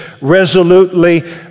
resolutely